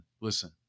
Listen